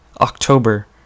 October